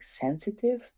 sensitive